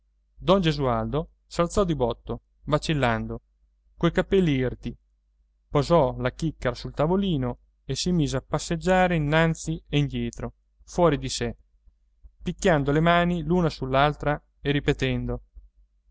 don gesualdo s'alzò di botto vacillando coi capelli irti posò la chicchera sul tavolino e si mise a passeggiare innanzi e indietro fuori di sé picchiando le mani l'una sull'altra e ripetendo